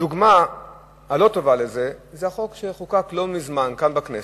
הדוגמה הלא-טובה לזה היא החוק שחוקק לא מזמן כאן בכנסת,